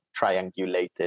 triangulated